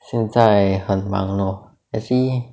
现在很忙 lor actually